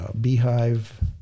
beehive